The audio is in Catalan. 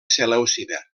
selèucida